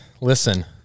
Listen